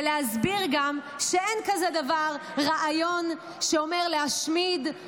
וגם להסביר שאין כזה דבר רעיון שאומר להשמיד,